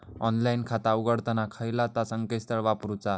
Online खाता उघडताना खयला ता संकेतस्थळ वापरूचा?